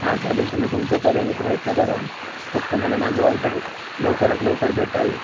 हा चालेल तुम्ही तुमच्या पर्यायाने प्रयत्न करा फक्त मला माझी ऑर्डर लवकरात लवकर भेटावी